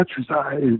exercise